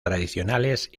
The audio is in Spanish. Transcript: tradicionales